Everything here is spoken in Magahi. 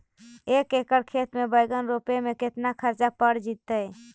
एक एकड़ खेत में बैंगन रोपे में केतना ख़र्चा पड़ जितै?